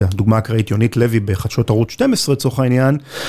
דוגמה אקראית, יונית לוי בחדשות ערוץ 12 לצורך העניין